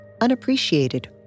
unappreciated